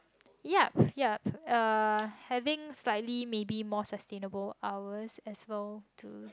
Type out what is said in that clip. yup yup uh having slightly maybe more sustainable hours as long to